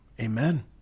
amen